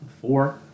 four